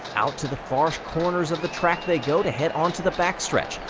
out to the far corners of the track they go to head onto the backstretch.